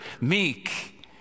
Meek